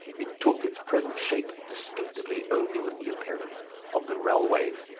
it took its present shape distinctively only with the appearance of the railways.